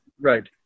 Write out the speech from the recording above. Right